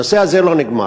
הנושא הזה לא נגמר.